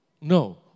No